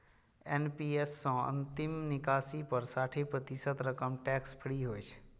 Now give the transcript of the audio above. NPS सं अंतिम निकासी पर साठि प्रतिशत रकम टैक्स फ्री होइ छै